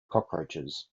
cockroaches